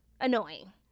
Annoying